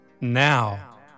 now